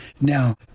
Now